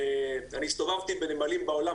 אני הסתובבתי בנמלים בעולם,